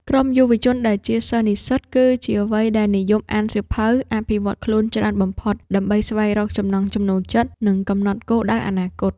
ក្រុមយុវជនដែលជាសិស្សនិស្សិត គឺជាវ័យដែលនិយមអានសៀវភៅអភិវឌ្ឍខ្លួនច្រើនបំផុត ដើម្បីស្វែងរកចំណង់ចំណូលចិត្ត និងកំណត់គោលដៅអនាគត។